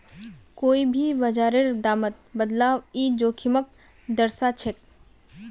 कोई भी बाजारेर दामत बदलाव ई जोखिमक दर्शाछेक